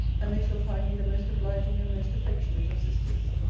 and they shall find me the most obliging and most affectionate of sisters.